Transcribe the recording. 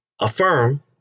Affirm